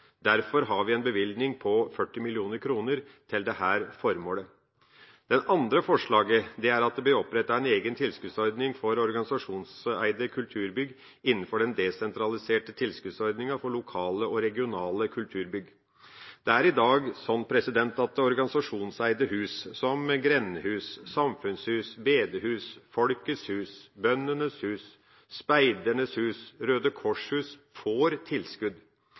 Derfor har vi en bevilgning på 40 mill. kr til dette formålet. Det andre forslaget er at det blir opprettet en egen tilskuddsordning for organisasjonseide kulturbygg innenfor den desentraliserte tilskuddsordninga for lokale og regionale kulturbygg. Det er i dag slik at organisasjonseide hus – som grendehus, samfunnshus, bedehus, Folkets Hus, Bøndenes Hus, Speidernes Hus, Røde Kors hus – får tilskudd.